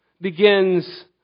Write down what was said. begins